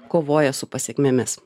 kovoja su pasekmėmis